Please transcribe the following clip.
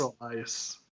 ice